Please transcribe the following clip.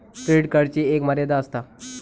credit कार्डची एक मर्यादा आसता